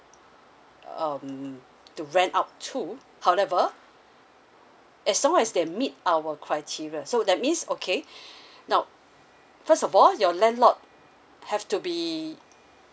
um to rent out to however as long as they meet our criteria so that means okay now first of all your landlord have to be